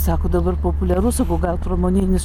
sako dabar populiaru sakau gal pramoninis